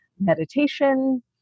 meditation